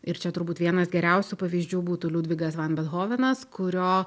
ir čia turbūt vienas geriausių pavyzdžių būtų liudvigas van bethovenas kurio